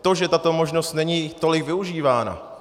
To, že tato možnost není tolik využívána...